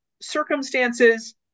circumstances